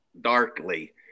darkly